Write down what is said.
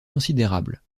considérables